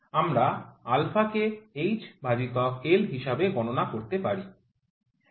আমরা α কে h ভাজিতক L হিসাবে গণনা করতে পারি